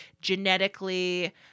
genetically